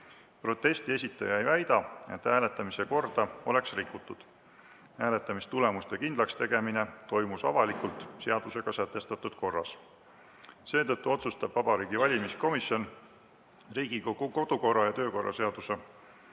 Protesti esitaja ei väida, et hääletamise korda oleks rikutud. Hääletamistulemuste kindlakstegemine toimus avalikult seadusega sätestatud korras. Seetõttu otsustab Vabariigi Valimiskomisjon RKKTS § 82 lõike 1 alusel